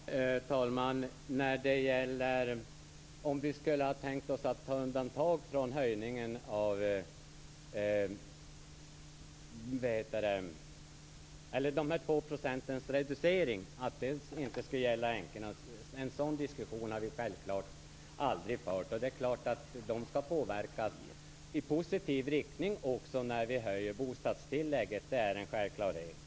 Herr talman! Frågan gällde om vi skulle ha tänkt oss att de två procentens reducering inte skulle gälla änkorna. En sådan diskussion har vi självklart aldrig fört. Det är klart att de skall påverkas i positiv riktning när vi höjer bostadstillägget. Det är en självklarhet.